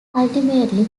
ultimately